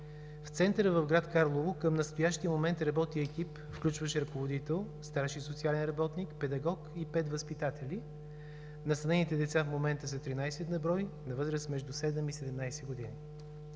В Центъра в град Карлово, към настоящия момент работи екип, включващ ръководител, старши социален работник, педагог и пет възпитатели. Настанените деца в момента са 13 на брой, на възраст между 7 и 17 г.